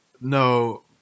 No